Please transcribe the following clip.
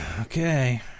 Okay